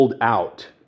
out